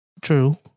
True